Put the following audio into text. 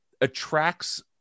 attracts